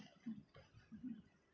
mm mmhmm